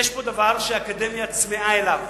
יש פה דבר שהאקדמיה צמאה אליו,